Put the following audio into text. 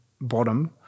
bottom –